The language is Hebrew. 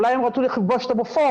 אולי הם רצו לכבוש את הבופור,